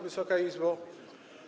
Wysoka Izbo!